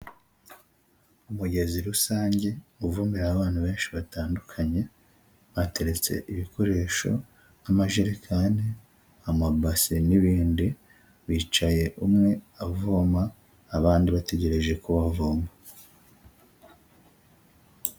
Umugezi rusange uvumeraho abantu benshi batandukanye, bateretse ibikoresho nk'amajerekani amabase n'ibindi, bicaye umwe avoma abandi bategereje kuvoma.